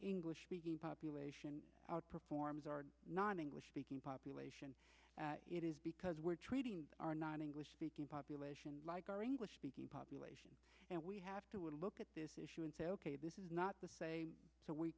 english population outperforms our non english speaking population it is because we're treating our non english speaking population like our english speaking population and we have to look at this issue and say ok this is not the same so we